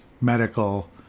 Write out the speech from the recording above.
medical